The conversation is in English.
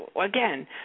again